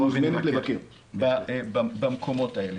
מוזמנת לבקר במקומות האלה.